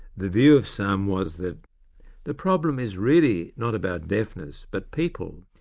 the view of some was that the problem is really not about deafness, but people.